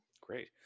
Great